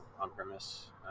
on-premise